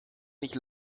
nicht